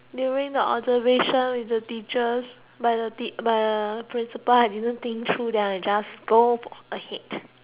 observation with the teachers by the tea by the uh principle I didn't think through then I just go ahead